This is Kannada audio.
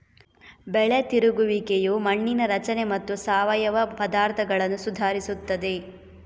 ಬೆಳೆ ತಿರುಗುವಿಕೆಯು ಮಣ್ಣಿನ ರಚನೆ ಮತ್ತು ಸಾವಯವ ಪದಾರ್ಥಗಳನ್ನು ಸುಧಾರಿಸುತ್ತದೆ